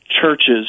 churches